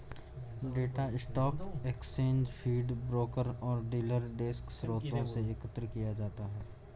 data stock exchange feed, broker और dealer desk स्रोतों से एकत्र किया जाता है